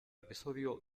episodio